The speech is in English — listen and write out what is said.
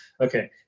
okay